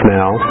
now